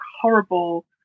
horrible